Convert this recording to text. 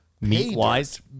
Meat-wise